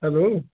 hello